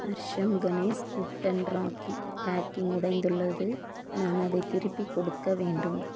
Arshad Ganesh wooden rakhi packing உடைந்துள்ளது நான் அதைத் திருப்பிக் கொடுக்க வேண்டும்